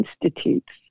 institutes